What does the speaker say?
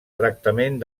tractament